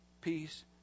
peace